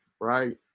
right